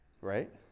Right